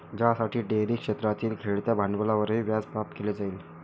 ज्यासाठी डेअरी क्षेत्रातील खेळत्या भांडवलावरील व्याज माफ केले जाईल